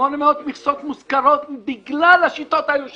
800 מכסות מושכרות בגלל השיטות האלו שלכם.